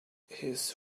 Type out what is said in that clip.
his